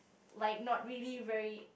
like not really very